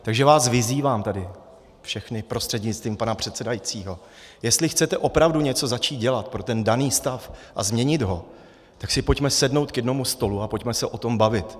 Takže vás vyzývám tady všechny prostřednictvím pana předsedajícího, jestli chcete opravdu něco začít dělat pro ten daný stav a změnit ho, tak si pojďme sednout k jednomu stolu a pojďme se o tom bavit.